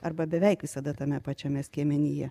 arba beveik visada tame pačiame skiemenyje